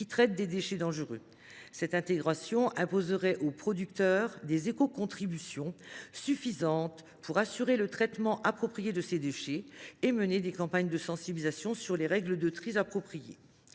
qui traite les déchets dangereux. Cette intégration implique que les producteurs devront verser des écocontributions suffisantes pour assurer le traitement approprié de ces déchets et mener des campagnes de sensibilisation sur les règles de tri appropriées.